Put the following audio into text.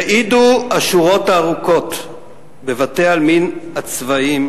יעידו השורות הארוכות בבתי-העלמין הצבאיים